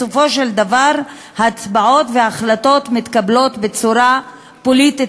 בסופו של דבר הצבעות והחלטות מתקבלות בצורה פוליטית